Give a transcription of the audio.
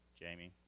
Jamie